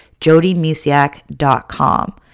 jodymisiak.com